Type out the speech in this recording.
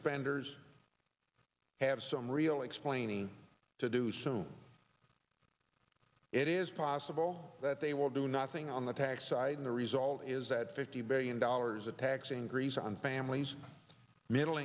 hours have some real explaining to do soon it is possible that they will do nothing on the tax side and the result is that fifty billion dollars a tax increase on families middle